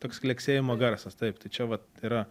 toks kleksėjimo garsas taip tai čia vat yra